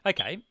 Okay